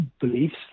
beliefs